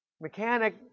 Mechanic